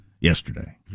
yesterday